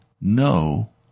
no